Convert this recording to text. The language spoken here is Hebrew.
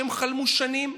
שהם חלמו עליה שנים,